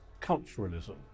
culturalism